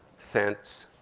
sense,